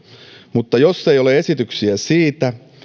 mutta jos ei ole esityksiä siitä